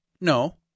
no